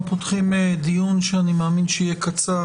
אנחנו פותחים דיון שאני מאמין שיהיה קצר